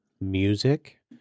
music